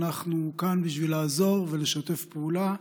אנחנו כאן בשביל לעזור ולשתף פעולה,